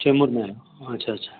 चेम्बूर में आयो अच्छा अच्छा